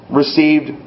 received